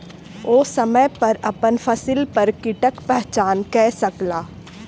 ओ समय पर अपन फसिल पर कीटक पहचान कय सकला